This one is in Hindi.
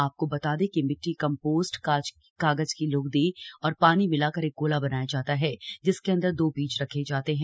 आपको बता दें कि मिट्टी कम्पोस्ट कागज की ल्गदी और पानी मिलाकर एक गोला बनाया जाता है जिसके अंदर दो बीज रखे जाते हैं